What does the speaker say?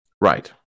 Right